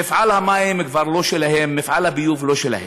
מפעל המים כבר לא שלהם, מפעל הביוב לא שלהם.